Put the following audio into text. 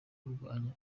kurwanya